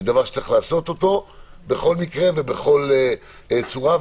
ושיש לעשותו בכל מקרה ובכל צורה,